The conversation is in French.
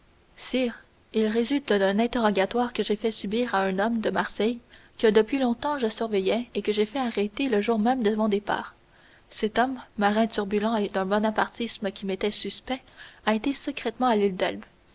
sire ils résultent d'un interrogatoire que j'ai fait subir à un homme de marseille que depuis longtemps je surveillais et que j'ai fait arrêter le jour même de mon départ cet homme marin turbulent et d'un bonapartisme qui m'était suspect a été secrètement à l'île d'elbe